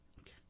Okay